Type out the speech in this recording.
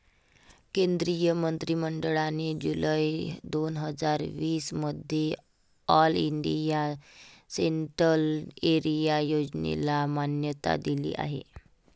केंद्रीय मंत्रि मंडळाने जुलै दोन हजार वीस मध्ये ऑल इंडिया सेंट्रल एरिया योजनेला मान्यता दिली आहे